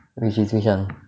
which is which [one]